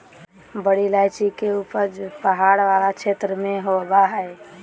बड़ी इलायची के उपज पहाड़ वाला क्षेत्र में होबा हइ